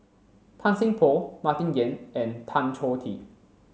Tan Seng Poh Martin Yan and Tan Choh Tee